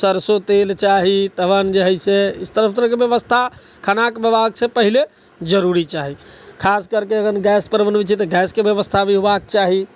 सरसो तेल चाही तहन जे है से इस तरहके व्यवस्था खानाके बनाबैसँ पहिले जरूर चाही खास करके अगर गैस पर बनबैत छियै तऽ गैसके भी व्यवस्था होयबाके चाही